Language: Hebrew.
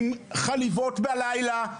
עם חליבות בלילה,